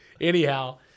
Anyhow